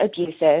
abusive